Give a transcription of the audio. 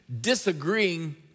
disagreeing